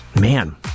Man